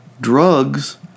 drugs